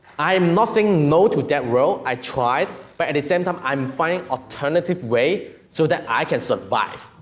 i am not saying no to that road, i tried, but at the same time, i am finding alternative way, so that i can survive.